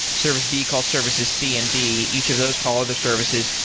service b call services c and d, each of those call other services,